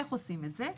איך עושים את זה?